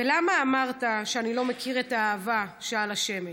ולמה אמרת שאני לא מכיר את האהבה, שאל השמש.